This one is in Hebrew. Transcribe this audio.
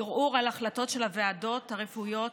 ערעור על החלטות של הוועדות הרפואיות,